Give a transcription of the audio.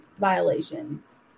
violations